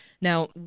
Now